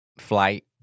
flight